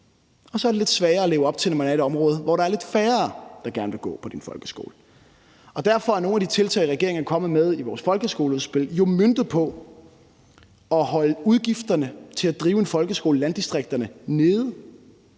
Det er lidt sværere at leve op til, når man er i et område, hvor der er lidt færre, der gerne vil gå på ens folkeskole. Derfor er nogle af de tiltag, som regeringen er kommet med i sit folkeskoleudspil, jo møntet på at holde udgifterne til at drive en folkeskole i landdistrikterne nede,